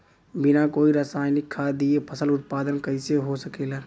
बिना कोई रसायनिक खाद दिए फसल उत्पादन कइसे हो सकेला?